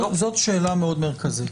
זאת שאלה מאוד מרכזית.